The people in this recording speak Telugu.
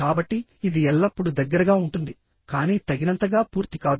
కాబట్టి ఇది ఎల్లప్పుడూ దగ్గరగా ఉంటుందికానీ తగినంతగా పూర్తి కాదు